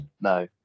No